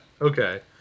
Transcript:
Okay